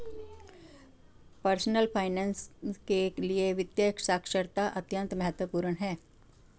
personal finance के लिए वित्तीय साक्षरता अत्यंत महत्वपूर्ण है